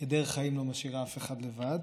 כדרך חיים, לא משאירה אף אחד לבד,